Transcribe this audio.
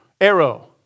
Arrow